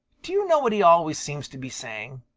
do you know what he always seems to be saying?